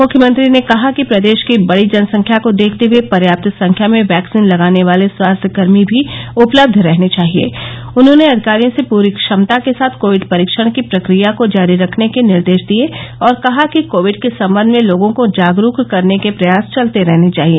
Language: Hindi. मुख्यमंत्री ने कहा कि प्रदेश की बड़ी जनसंख्या को देखते हुए पर्याप्त संख्या में वैक्सीन लगाने वाले स्वास्थ्य कर्मी भी उपलब्ध रहने चाहिए उन्होंने अधिकारियों से पूरी क्षमता के साथ कोविड परीक्षण की प्रक्रिया को जारी रखने के निर्देश दिए और कहा कि कोविड के संबंध में लोगों को जागरूक करने के प्रयास चलते रहना चाहिए